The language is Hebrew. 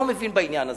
לא מבין בעניין הזה,